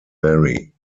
mary